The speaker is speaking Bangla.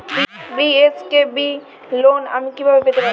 বি.এস.কে.বি ঋণ আমি কিভাবে পেতে পারি?